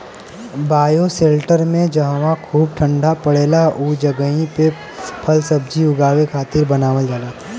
bioshelter में जहवा खूब ठण्डा पड़ेला उ जगही पे फलसब्जी उगावे खातिर बनावल जाला